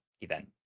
event